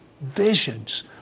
visions